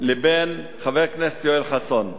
לבין חבר הכנסת יואל חסון,